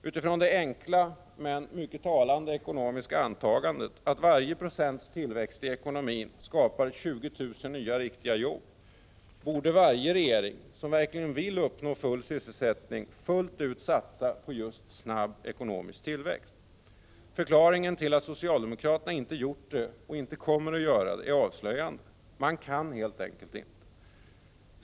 Utifrån det enkla men mycket talande ekonomiska antagandet att varje procents tillväxt i ekonomin skapar 20 000 nya riktiga jobb, borde varje regering som verkligen vill uppnå full sysselsättning satsa fullt ut på just snabb ekonomisk tillväxt. Förklaringen till att socialdemokraterna inte gjort detta och inte kommer att göra det är avslöjande. Man kan helt enkelt inte!